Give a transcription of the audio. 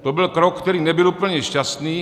To byl krok, který nebyl úplně šťastný.